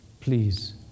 please